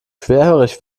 schwerhörig